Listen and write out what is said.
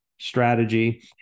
Strategy